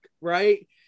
right